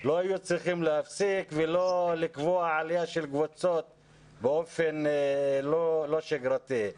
לא היו צריכים להפסיק ולא לקבוע עלייה של קבוצות באופן לא שגרתי.